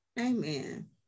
amen